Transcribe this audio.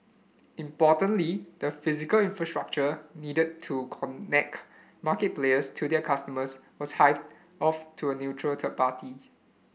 importantly the physical infrastructure needed to connect market players to their customers was hived off to a neutral third party